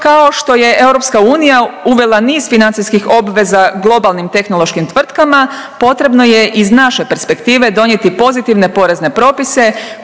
Europska unija uvela niz financijskih obveza globalnim tehnološkim tvrtkama potrebno je iz naše perspektive donijeti pozitivne porezne propise